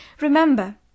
Remember